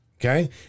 okay